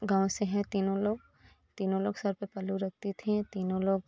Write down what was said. गाँव से हैं तीनों लोग तीनों लोग सिर पर पल्लू रखती थीं तीनों लोग